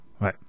Ouais